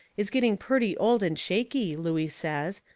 is getting purty old and shaky, looey says,